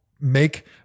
make